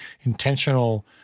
intentional